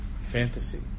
fantasy